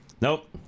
Nope